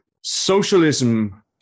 socialism